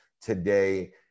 today